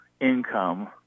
income